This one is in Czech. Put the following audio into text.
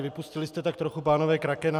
Vypustili jste tak trochu, pánové, krakena.